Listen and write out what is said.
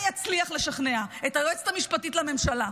אצליח לשכנע את היועצת המשפטית לממשלה,